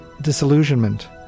disillusionment